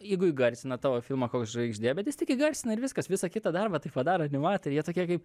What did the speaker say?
jeigu įgarsina tavo filmą koks žvaigždė bet jis tik įgarsina ir viskas visą kitą darbą tai padaro animatoriai jie tokie kaip